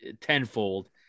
tenfold